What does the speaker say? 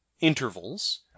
intervals